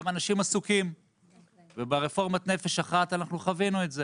הם אנשים עסוקים וברפורמת 'נפש אחת' אנחנו חווינו את זה